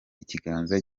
ikiganza